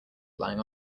lying